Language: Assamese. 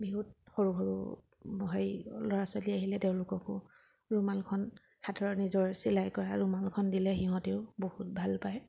বিহুত সৰু সৰু হেৰি ল'ৰা ছোৱালী আহিলে তেওঁলোককো ৰুমালখন হাতৰ নিজৰ চিলাই কৰা ৰুমালখন দিলে সিহঁতেও বহুত ভাল পায়